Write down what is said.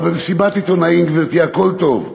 אבל במסיבת עיתונאים, גברתי, הכול טוב.